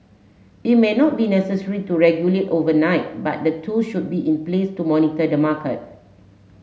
it may not be necessary to regulate overnight but the tool should be in place to monitor the market